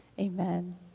Amen